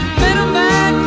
middleman